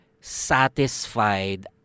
satisfied